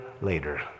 later